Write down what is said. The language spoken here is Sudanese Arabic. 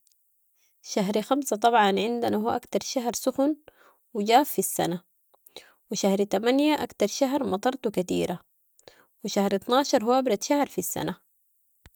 شهر خمسة طبعا عندنا هو اكتر شهر سخن و جاف في السنة و شهر تمانية اكتر شهر مطرتو كتيرة و شهر اطناشر هو ابرد شهر في السنة.